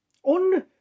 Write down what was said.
On